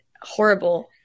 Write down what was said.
horrible